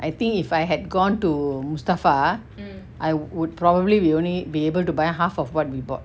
I think if I had gone to mustafa I would probably will only be able to buy half of what we bought